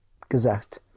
gesagt